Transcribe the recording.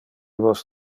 vos